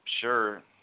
sure